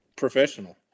Professional